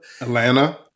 Atlanta